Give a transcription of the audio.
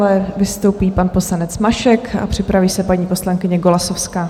Dále vystoupí pan poslanec Mašek a připraví se paní poslankyně Golasowská.